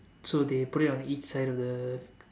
so they put it on each side of the